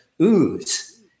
ooze